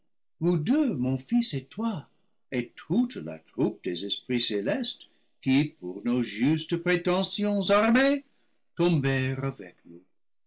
vous deux mon fils et toi et toute la troupe des esprits célestes qui pour nos justes prétentions armés tom bèrent avec nous